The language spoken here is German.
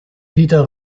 peter